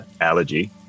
allergy